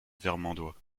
vermandois